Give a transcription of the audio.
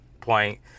point